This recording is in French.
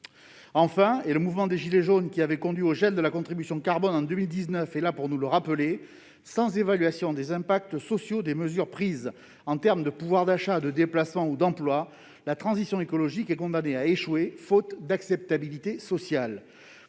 Enfin, et le mouvement des « gilets jaunes » qui avait conduit au gel de la trajectoire de la contribution carbone en 2019 est là pour nous le rappeler, sans évaluation des impacts sociaux des mesures en termes de pouvoir d'achat, de déplacements ou d'emplois, la transition écologique est condamnée à échouer, faute d'acceptabilité sociale.